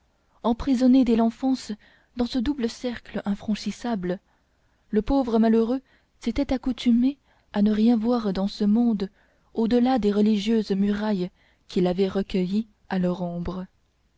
emprisonné dès l'enfance dans ce double cercle infranchissable le pauvre malheureux s'était accoutumé à ne rien voir dans ce monde au delà des religieuses murailles qui l'avaient recueilli à leur ombre